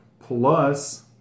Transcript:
plus